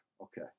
Okay